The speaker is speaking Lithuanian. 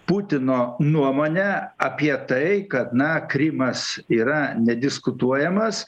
putino nuomonę apie tai kad na krymas yra nediskutuojamas